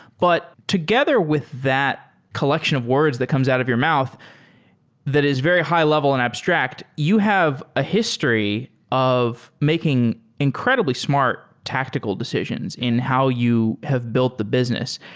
but together with that collection of words that comes out of your mouth that is very high-level and abstract, you have a history of making incredibly smart tactical decisions in how you have built the business.